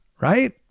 Right